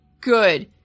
good